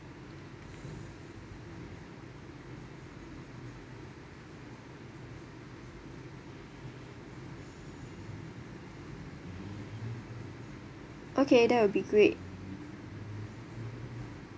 okay that will be great